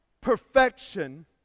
perfection